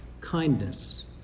kindness